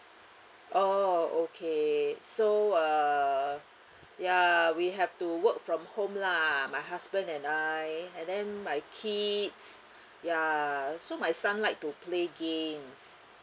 orh okay so uh ya we have to work from home lah my husband and I and then my kids ya so my son like to play games